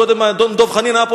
קודם האדון דב חנין היה פה,